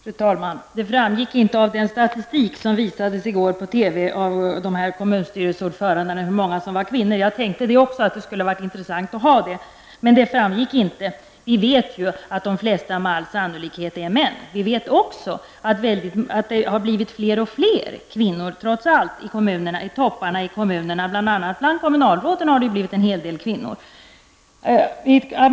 Fru talman! Det framgick inte av den statistik som i går visades på TV hur många av kommunstyrelseordförandena som var kvinnor. Det skulle varit intressant att veta det, men det framgick inte. Vi vet ju att de flesta med all sannolikhet är män. Vi vet också att det trots allt har blivit fler och fler kvinnor i kommunledningarna, bl.a. har en hel del kvinnor kommit in bland kommunalråden.